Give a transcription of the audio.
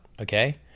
okay